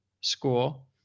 school